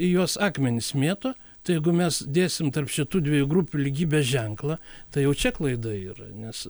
į juos akmenis mėto tai jeigu mes dėsim tarp šitų dviejų grupių lygybės ženklą tai jau čia klaida yra nes